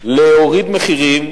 להוריד מחירים,